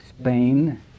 Spain